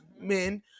men